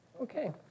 Okay